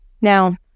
Now